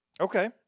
Okay